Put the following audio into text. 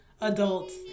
adults